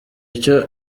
icyo